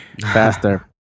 Faster